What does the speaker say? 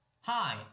Hi